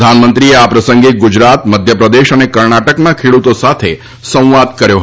પ્રધાનમંત્રીએ આ પ્રસંગે ગુજરાત મધ્યપ્રદેશ તથા કર્ણાટકના ખેડૂતો સાથે સંવાદ કર્યો હતો